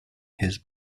his